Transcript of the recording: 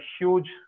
huge